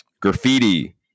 Graffiti